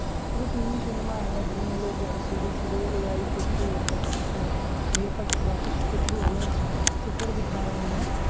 अभी TV cinema है जिनमें लोग सीधे सीधे ए आई के थ्रू या वी एफ़ एक्स ग्राफ़िक्स के थ्रू हमें चित्रण दिखा रहे हैं